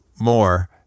more